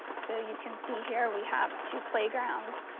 so you can see here, we have two playgrounds,